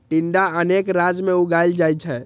टिंडा अनेक राज्य मे उगाएल जाइ छै